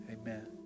Amen